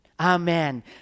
Amen